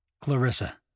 Clarissa